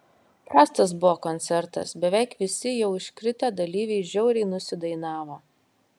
prastas buvo koncertas beveik visi jau iškritę dalyviai žiauriai nusidainavo